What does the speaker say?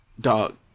Dog